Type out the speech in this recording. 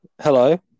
Hello